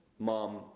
mom